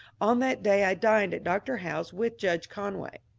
on that day i dined at dr. howe's with judge conway,